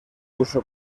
uso